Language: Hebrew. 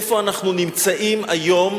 איפה אנחנו נמצאים היום